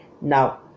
now